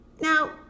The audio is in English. Now